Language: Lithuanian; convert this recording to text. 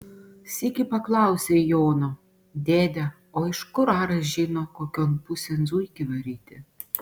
sykį paklausė jono dėde o iš kur aras žino kokion pusėn zuikį varyti